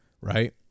right